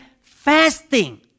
fasting